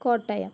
Kottayam